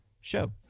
show